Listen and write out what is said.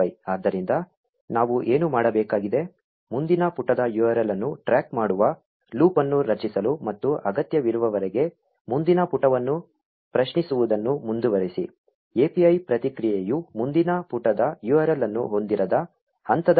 ಆದ್ದರಿಂದ ನಾವು ಏನು ಮಾಡಬೇಕಾಗಿದೆ ಮುಂದಿನ ಪುಟದ URL ಅನ್ನು ಟ್ರ್ಯಾಕ್ ಮಾಡುವ ಲೂಪ್ ಅನ್ನು ರಚಿಸಲು ಮತ್ತು ಅಗತ್ಯವಿರುವವರೆಗೆ ಮುಂದಿನ ಪುಟವನ್ನು ಪ್ರಶ್ನಿಸುವುದನ್ನು ಮುಂದುವರಿಸಿ API ಪ್ರತಿಕ್ರಿಯೆಯು ಮುಂದಿನ ಪುಟದ URL ಅನ್ನು ಹೊಂದಿರದ ಹಂತದವರೆಗೆ